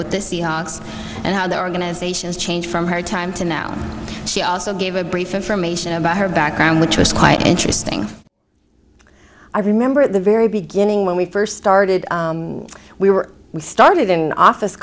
with the seahawks and how their organizations changed from her time to now she also gave a brief information about her background which was quite interesting i remember at the very beginning when we first started we were we started an office